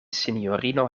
sinjorino